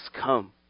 come